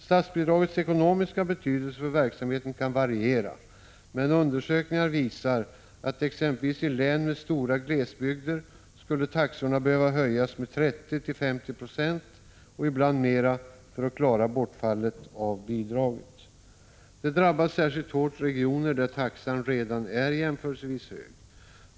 Statsbidragets ekonomiska betydelse för verksamheten kan variera, men undersökningar visar att taxorna exempelvis i län med stora glesbygder skulle behöva höjas med 30-50 96 och ibland mer för att man skulle kunna täcka bortfallet av bidraget. Ett bortfall drabbar särskilt hårt regioner där taxan redan är jämförelsevis hög.